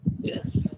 Yes